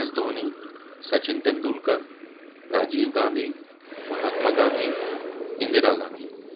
س دھونی سچن تندولکر راجیو گاندھی مہاتما گاندھی انندرا گاندھی